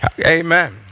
Amen